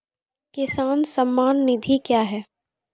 किसान सम्मान निधि क्या हैं?